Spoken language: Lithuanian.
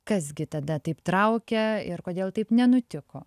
kas gi tada taip traukia ir kodėl taip nenutiko